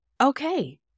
Okay